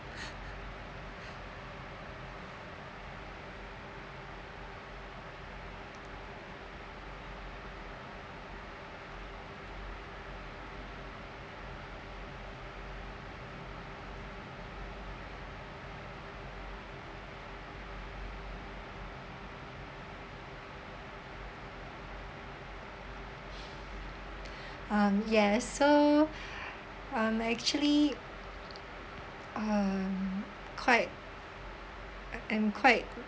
um yes so I'm actually um quite I'm quite